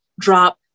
drop